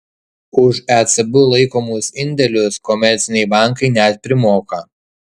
už ecb laikomus indėlius komerciniai bankai net primoka